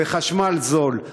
וחשמל זול.